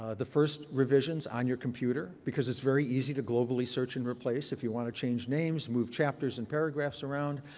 ah the first revisions on your computer, because it's very easy to globally search and replace. if you want to change names, move chapters and paragraphs around,